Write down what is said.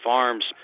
Farms